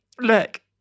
look